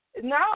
No